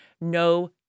no